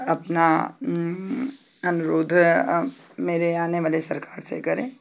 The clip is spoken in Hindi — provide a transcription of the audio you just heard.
अपना अनुरोध मेरे आने वाले सरकार से करें